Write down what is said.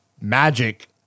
magic